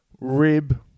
rib